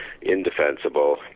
indefensible